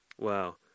Wow